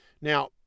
Now